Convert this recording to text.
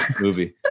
movie